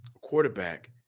quarterback